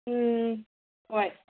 ꯎꯝ ꯍꯣꯏ